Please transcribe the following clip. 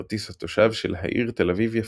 כרטיס התושב של העיר תל אביב-יפו,